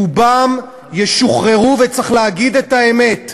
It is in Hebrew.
רובם ישוחררו, וצריך להגיד את האמת.